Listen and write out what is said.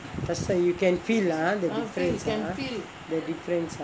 that's why you can feel ah the difference ah the difference ah